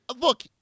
Look